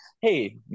hey